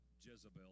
Jezebel